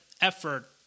effort